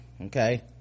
Okay